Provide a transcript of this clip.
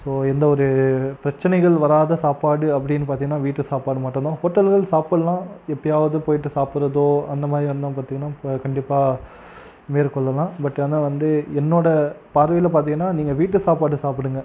so எந்த ஒரு பிரச்சனைகள் வராத சாப்பாடு அப்படின்னு பார்த்தீங்கன்னா வீட்டு சாப்பாடு மட்டும் தான் ஹோட்டல்கள் சாப்புடலாம் எப்போயாவுது போய்விட்டு சாப்பிட்றதோ அந்த மாதிரி வந்தும் பார்த்தீங்கன்னா ப கண்டிப்பாக மேற்கொள்ளலாம் பட் ஆனால் வந்து என்னோட பார்வையில் பார்த்தீங்கன்னா நீங்கள் வீட்டு சாப்பாடு சாப்பிடுங்க